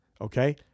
okay